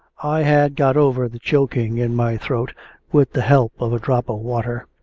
i had got over the choking in my throat with the help of a drop of water,